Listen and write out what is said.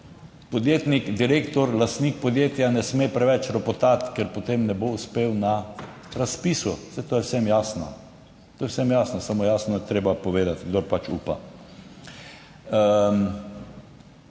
podjetnik, direktor, lastnik podjetja ne sme preveč ropotati, ker potem ne bo uspel na razpisu. Saj to je vsem jasno. To je vsem jasno, samo jasno je treba povedati, kdor pač upa.